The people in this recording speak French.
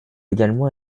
également